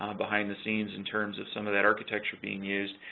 behind the scenes in terms of some of that architecture being used.